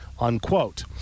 unquote